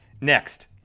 Next